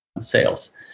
sales